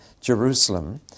Jerusalem